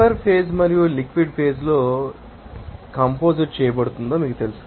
vapour phase మరియు liquid phase లో ఏమి కంపోజ్ చేయబడుతుందో మీకు తెలుసు